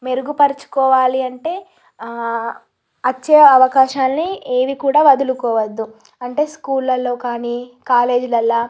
మెరుగుపరుచుకోవాలి అంటే వచ్చే అవకాశాలని ఏవీ కూడా వదులుకోవద్దు అంటే స్కూళ్ళల్లో కానీ కాలేజీలల్లో